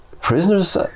prisoners